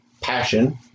passion